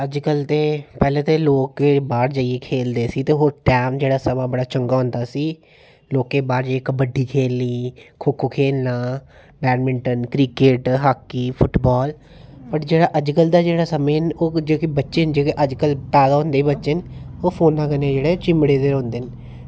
अज्जकल ते पैह्लें दे लोक बाहर जाइयै खेल्लदे हे ते ओह् टैम जेह्ड़ा समां बड़ा चंगा होंदा सी लोकें बाहर जाइयै कबड्डी खेल्लनी खो खो खेल्लना बैड़मिंटन क्रिकेट हॉकी फुटबॉल पर जेह्ड़ा अज्जकल दा ओह् समें ओह् जेह्के बच्चे न अज्जकल पैदा होंदे न बच्चे ओह् फोनै कन्नै जेह्ड़ा चिम्बड़े दे रौहंदे न